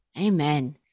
Amen